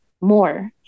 more